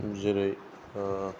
जेरै